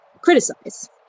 criticize